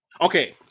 Okay